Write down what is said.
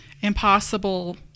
Impossible